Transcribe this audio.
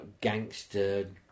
gangster